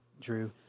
Drew